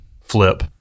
flip